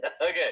Okay